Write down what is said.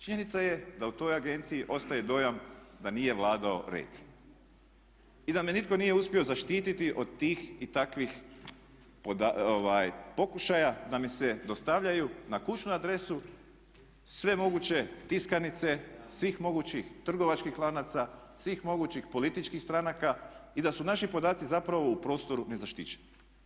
Činjenica je da u toj agenciji ostaje dojam da nije vladao red i da me nitko nije uspio zaštiti od tih i takvih pokušaja da mi se dostavljaju na kućnu adresu sve moguće tiskanice svih mogućih trgovačkih lanaca, svih mogućih političkih stranaka i da su naši podaci zapravo u prostoru nezaštićeni.